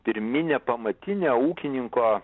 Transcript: pirminę pamatinę ūkininko